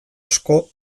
asko